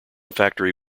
factory